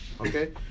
okay